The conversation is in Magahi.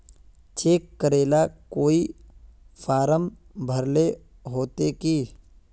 चेक करेला कोई फारम भरेले होते की?